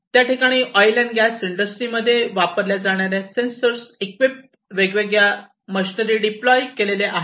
त्याठिकाणी oil and gas industry मध्ये वापरल्या जाणाऱ्या सेन्सर्स इक्विप वेगवेगळ्या मशिनरी डीप्लाय केलेले आहेत